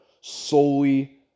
solely